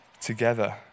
together